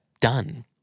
done